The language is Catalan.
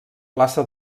plaça